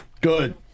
Good